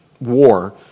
war